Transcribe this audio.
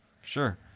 Sure